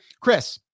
Chris